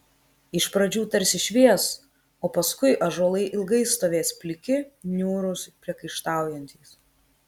iš pradžių tarsi švies o paskui ąžuolai ilgai stovės pliki niūrūs priekaištaujantys